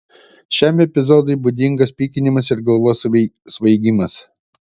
šiam epizodui būdingas pykinimas ir galvos svaigimas